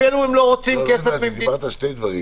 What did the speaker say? אפילו אם --- דיברת על שני דברים